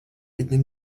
viņa